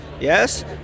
Yes